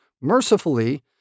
Mercifully